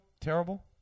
terrible